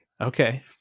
okay